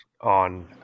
on